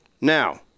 Now